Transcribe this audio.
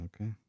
okay